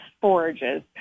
forages